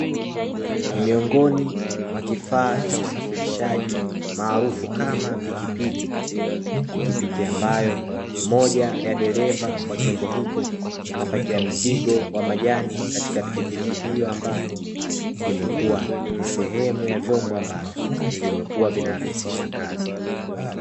Miongoni mwa kifaa vya usafirishaji, maarufu kama pikipiki. Pikipiki ambayo moja ya dereva wa chombo hicho anapakia mzigo wa majani katika pikipiki hiyo, ambayo imekuwa ni sehemu ya vyombo ambavyo vimekuwa vinarahisisha kazi.